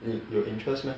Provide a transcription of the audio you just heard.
你有 interest meh